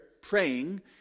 praying